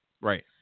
Right